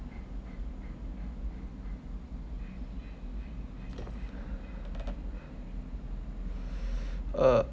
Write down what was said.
uh